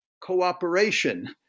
cooperation